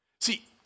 See